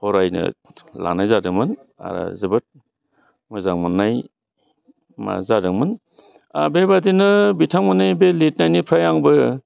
फरायनो लानाय जादोंमोन आरो जोबोद मोजां मोन्नाय मा जादोंमोन बेबायदिनो बिथांमोननि बे लिरनायनिफ्राय आंबो